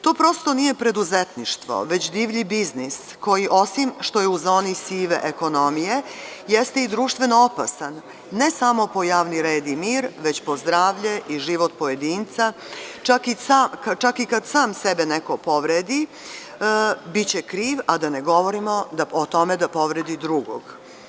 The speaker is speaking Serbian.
To prosto nije preduzetništvo, već divlji biznis koji, osim što je u zoni sive ekonomije, jeste društveno opasan, ne samo po javni red i mir, već po zdravlje i život pojedinca, čak i kada sam sebe neko povredi, biće kriv, a da ne govorimo o tome da povredi drugog.